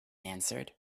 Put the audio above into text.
answered